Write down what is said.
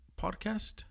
podcast